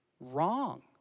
wrong